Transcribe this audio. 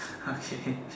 okay